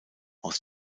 aus